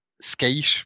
Skate